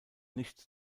nicht